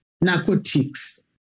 narcotics